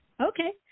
Okay